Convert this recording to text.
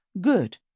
good